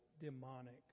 demonic